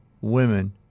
women